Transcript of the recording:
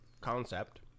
concept